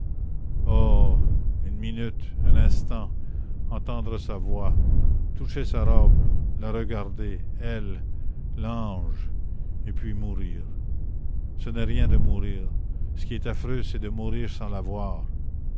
une minute un instant entendre sa voix toucher sa robe la regarder elle l'ange et puis mourir ce n'est rien de mourir ce qui est affreux c'est de mourir sans